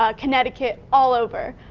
ah connecticut all over.